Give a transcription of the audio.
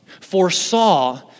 foresaw